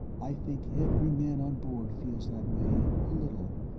i think every man on board feels that way, a little,